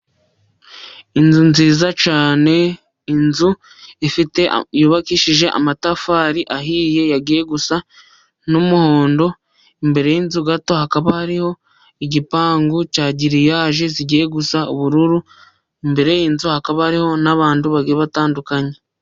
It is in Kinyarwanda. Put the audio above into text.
Inzu nziza cyane, inzu yubakishije amatafari ahiye agiye gusa n'umuhondo, imbere y'inzu gato hakaba hariho igipangu cya giriyage zigiye gusa ubururu, imbere y'inzu hakaba hariho n'abantu bagiye batandukanye.